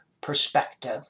perspective